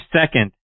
second